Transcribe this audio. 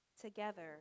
Together